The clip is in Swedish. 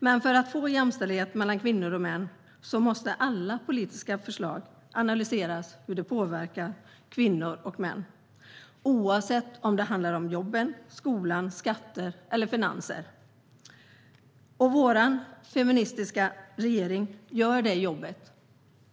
Men för att få jämställdhet mellan kvinnor och män måste alla politiska förslag analyseras utifrån hur de påverkar kvinnor och män, oavsett om det handlar om jobb, skola, skatter eller finanser. Vår feministiska regering gör det jobbet.